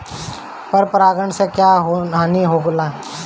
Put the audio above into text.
पर परागण से क्या हानि होईला?